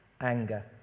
anger